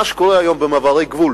מה שקורה היום במעברי גבול